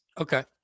Okay